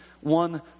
one